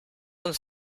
uns